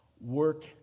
work